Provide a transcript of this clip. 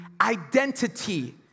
identity